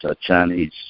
Chinese